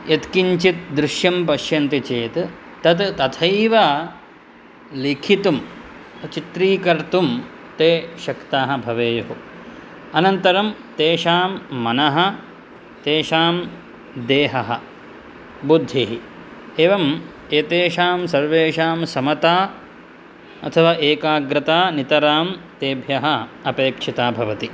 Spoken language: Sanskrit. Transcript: यत्किञ्चित् दृश्यं पश्यन्ति चेत् तत् तथैव लिखितुं चित्रीकर्तुं ते शक्ताः भवेयुः अनन्तरं तेषां मनः तेषां देहः बुद्धिः एवम् एतेषां सर्वेषां समता अथवा एकाग्रता नितरां तेभ्यः अपेक्षिता भवति